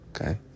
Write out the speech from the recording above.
Okay